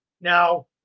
now